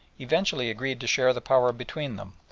eventually agreed to share the power between them,